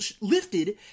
lifted